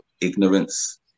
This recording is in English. ignorance